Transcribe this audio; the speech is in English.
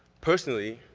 personally,